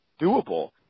doable